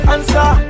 Answer